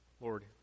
Lord